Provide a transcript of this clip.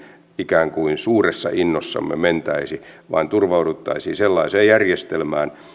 ikään kuin suuressa innossamme mentäisi vaan turvauduttaisiin sellaiseen järjestelmään